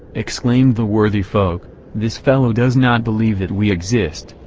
exclaimed the worthy folk this fellow does not believe that we exist,